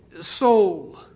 soul